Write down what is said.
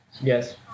Yes